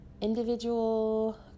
individual